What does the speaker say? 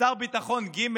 שר ביטחון ג',